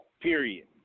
Period